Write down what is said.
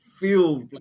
feel